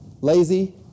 lazy